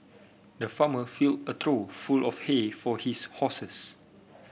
the farmer filled a full of hay for his horses